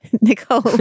Nicole